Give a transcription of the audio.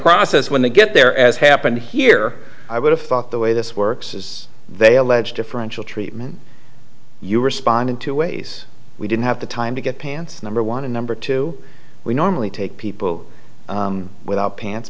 process when they get there as happened here i would have thought the way this works is they allege differential treatment you respond in two ways we didn't have the time to get pants number one and number two we normally take people without pants